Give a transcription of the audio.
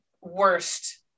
worst